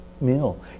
meal